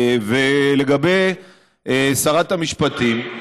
ולגבי שרת המשפטים,